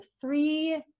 three